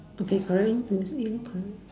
okay correct lor from this aim correct